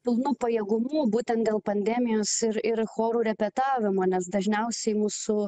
pilnu pajėgumu būtent dėl pandemijos ir ir chorų repetavimo nes dažniausiai mūsų